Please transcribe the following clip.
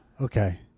Okay